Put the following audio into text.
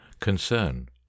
concern